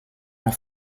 ont